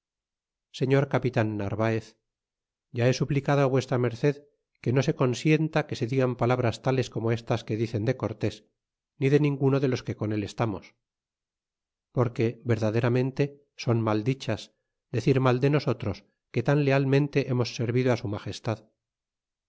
señor capitan narvaez ya he suplicado v md que no se consienta que se digan palabras tales corno estas que dicen de cortés ni de ninguno de los que con él estamos porque verdaderamente son mal dichas decir mal de nosotros que tan lealmente hemos servido á su magestad